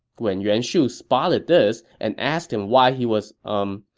when yuan shu spotted this and asked him why he was, umm,